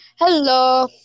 Hello